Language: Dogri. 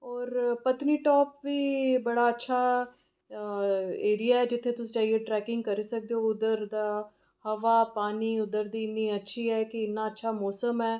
होर पतनीटाॅप बी बड़ा अच्छा एरिया ऐ जित्थै तुस जाइयै ट्रैकिंग करी सकदे ओ उद्धर दा हवा पानी उद्धर दी इन्नी अच्छी ऐ कि इन्ना अच्छा मौसम ऐ